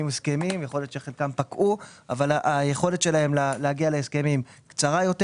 הסכמים יכול להיות שחלקם פקעו אבל היכולת שלהם להגיע להסכמים קצרה יותר